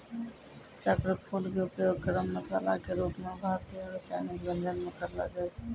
चक्रफूल के उपयोग गरम मसाला के रूप मॅ भारतीय आरो चायनीज व्यंजन म करलो जाय छै